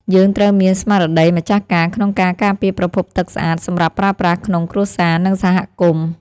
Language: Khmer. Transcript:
យើងត្រូវមានស្មារតីម្ចាស់ការក្នុងការការពារប្រភពទឹកស្អាតសម្រាប់ប្រើប្រាស់ក្នុងគ្រួសារ និងសហគមន៍។